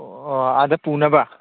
ꯑꯣ ꯑꯥꯗ ꯄꯨꯅꯕ